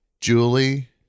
Julie